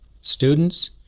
Students